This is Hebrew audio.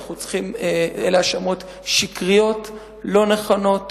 אלה האשמות שקריות, לא נכונות,